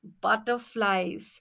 butterflies